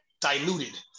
diluted